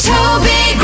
Toby